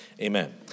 Amen